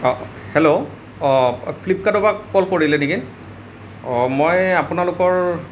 অঁ হেল্লো অঁ ফ্লিপকাৰ্ডৰ পৰা কল কৰিলে নেকি অঁ মই আপোনালোকৰ